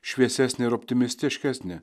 šviesesnė optimistiškesnė